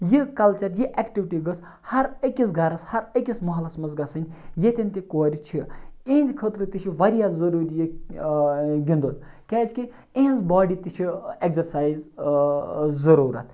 یہِ کَلچَر یہِ اٮ۪کٹِوِٹی گٔژھ ہر أکِس گَرَس ہر أکِس محلَس منٛز گژھٕنۍ ییٚتٮ۪ن تہِ کورِ چھِ اِہِنٛدِ خٲطرٕ تہِ چھِ واریاہ ضٔروٗریہِ گِندُن کیٛازِکہِ اِہِنٛز باڈی تہِ چھِ اٮ۪کزَسایز ضٔروٗرتھ